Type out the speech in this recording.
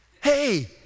hey